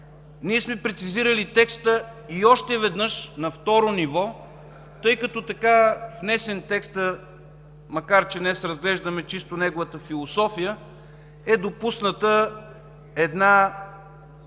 ние сме прецизирали текста и още веднъж на второ ниво, тъй като в така внесения текст, макар че днес разглеждаме чисто неговата философия, е допусната една